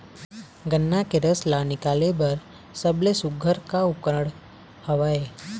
गन्ना के रस ला निकाले बर सबले सुघ्घर का उपकरण हवए?